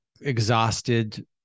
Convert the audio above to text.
exhausted